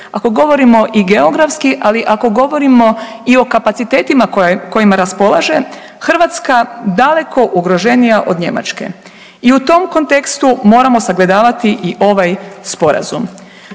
ako govorimo i geografski ali ako govorimo i o kapacitetima kojima raspolaže, Hrvatska daleko ugroženija od Njemačke i u tom kontekstu moramo sagledavati i ovaj Sporazum.